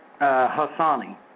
Hassani